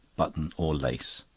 button, or lace.